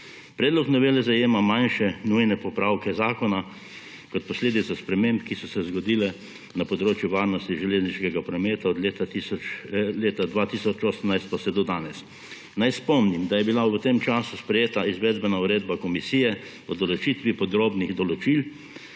Predlog novele zajema manjše nujne popravke zakona kot posledica sprememb, ki so se zgodile na področju varnosti železniškega prometa leta 2018 pa vse do danes. Naj spomnim, da je bila v tem času sprejeta Izvedbena uredba Komisije o določitvi podrobnih določb